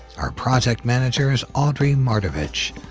our project manager is audrey mardav ich,